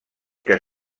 que